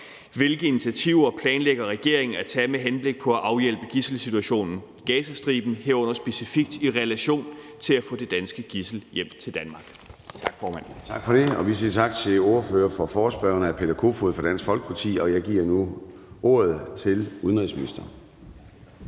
Hvilke initiativer planlægger regeringen at tage med henblik på at afhjælpe gidselsituationen i Gazastriben, herunder specifikt i relation til at få det danske gidsel hjem til Danmark? Tak, formand. Kl. 01:07 Formanden (Søren Gade): Tak for det. Vi siger tak til ordføreren for forespørgerne, hr. Peter Kofod fra Dansk Folkeparti. Jeg giver nu ordet til udenrigsministeren.